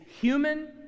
human